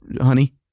Honey